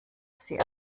sie